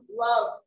love